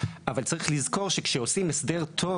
אבל צריך לזכור שכשעושים הסדר טוב,